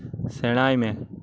ᱥᱮᱸᱬᱟᱭ ᱢᱮ